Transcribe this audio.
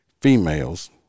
females